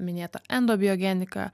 minėta endobiogenika